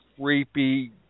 creepy